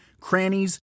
crannies